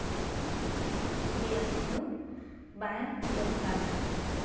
ᱵᱮᱭᱟᱢ ᱠᱚᱫᱚ ᱵᱟᱭ ᱫᱚᱨᱠᱟᱨᱟ